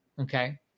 Okay